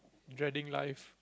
dreading life